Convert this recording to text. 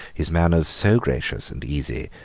his manners so gracious and easy,